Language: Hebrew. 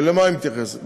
ולמה היא מתייחסת?